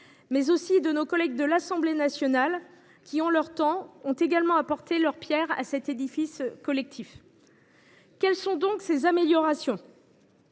provient de nos collègues de l’Assemblée nationale, qui ont également apporté leur pierre à cet édifice collectif. Quelles sont donc les améliorations